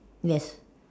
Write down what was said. yes